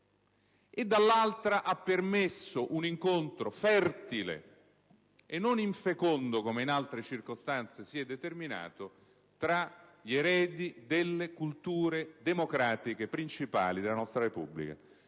e, dall'altra, ha permesso un incontro fertile e non infecondo, come in altre circostanze si è determinato, tra gli eredi delle culture democratiche principali della nostra Repubblica.